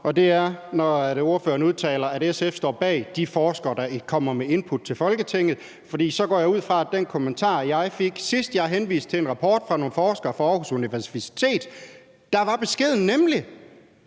og det er, at ordføreren udtaler, at SF står bag de forskere, der kommer med input til Folketinget, for i den kommentar, jeg fik, sidst jeg henviste til en rapport fra nogle forskere fra Aarhus Universitet, var beskeden nemlig: